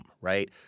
right